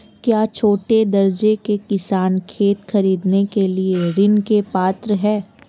क्या छोटे दर्जे के किसान खेत खरीदने के लिए ऋृण के पात्र हैं?